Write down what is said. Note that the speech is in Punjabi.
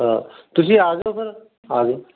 ਹਾਂ ਤੁਸੀਂ ਆਜੋ ਫਿਰ ਆਜੋ